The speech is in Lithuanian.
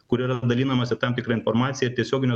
kur yra dalinamasi tam tikra informacija tiesioginio